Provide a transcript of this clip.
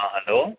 ആ ഹലോ